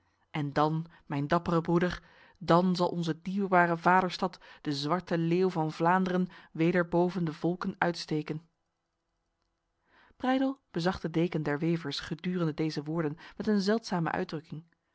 en dan mijn dappere broeder dan zal onze dierbare vaderstad de zwarte leeuw van vlaanderen weder boven de volken uitsteken breydel bezag de deken der wevers gedurende deze woorden met een zeldzame uitdrukking